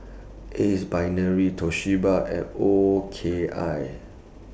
Ace Brainery Toshiba and O K I